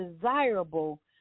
desirable